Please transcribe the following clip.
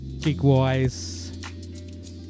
gig-wise